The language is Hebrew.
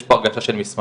יש פה הרגשה של מסמכים,